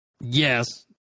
Yes